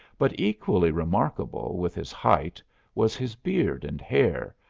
but equally remarkable with his height was his beard and hair,